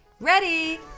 Ready